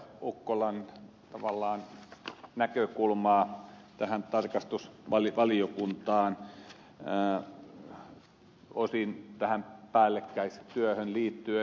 ukkolan näkökulmaa tähän tarkastusvaliokuntaan osin tähän päällekkäistyöhön liittyen